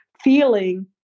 feeling